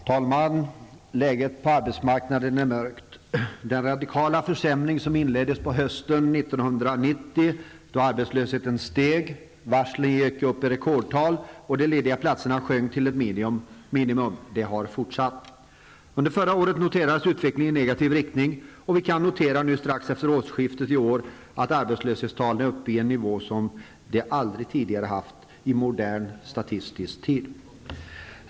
Herr talman! Läget på arbetsmarknaden är i dag mörkt. Den radikala försämring som inleddes på hösten 1990 då arbetslösheten steg, varslen gick upp i rekordtal och de lediga platserna sjönk i antal till ett minimum har fortsatt. Under förra året kunde man notera en utveckling i negativ riktning och nu strax efter årsskiftet kan vi också notera att arbetslöshetstalen är uppe i en nivå som de aldrig tidigare varit i modern statistisk tid.